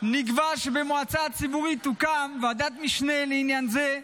נקבע שבמועצה הציבורית תוקם ועדת משנה לעניין זה,